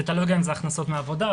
זה תלוי אם זה הכנסות מעבודה,